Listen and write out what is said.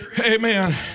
Amen